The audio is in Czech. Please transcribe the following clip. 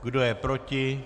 Kdo je proti?